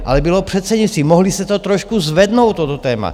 Ale bylo předsednictví, mohli se to trošku zvednout, toto téma.